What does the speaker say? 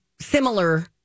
similar